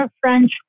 French